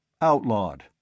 Outlawed